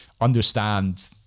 understand